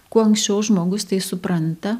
kuo anksčiau žmogus tai supranta